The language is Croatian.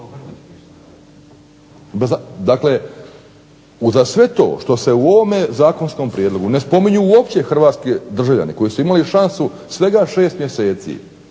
Dakle, uza sve to što se u ovome zakonskom prijedlogu ne spominje uopće hrvatske državljane koji su imali šansu svega 6 mjeseci